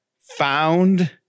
Found